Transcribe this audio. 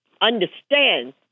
understand